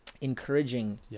encouraging